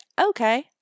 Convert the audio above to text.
okay